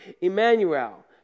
Emmanuel